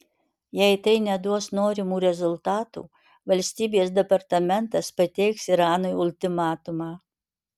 jei tai neduos norimų rezultatų valstybės departamentas pateiks iranui ultimatumą